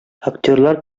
актерлар